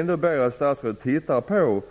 Ändå ber jag att statsrådet tittar på